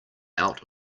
out